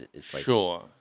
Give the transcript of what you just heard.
Sure